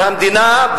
על המדינה,